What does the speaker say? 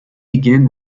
began